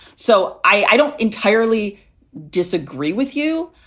so i don't entirely disagree with you.